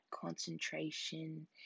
concentration